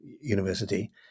University